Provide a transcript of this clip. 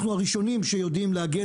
אנחנו הראשונים שיודעים,